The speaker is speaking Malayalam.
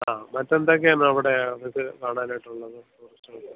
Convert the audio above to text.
ആ മറ്റ് എന്തൊക്കെയാണ് അവിടെ ഇത് കാണാനായിട്ടുള്ളത് ടൂറിസ്റ്റുകൾക്ക്